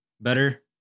better